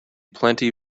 plenty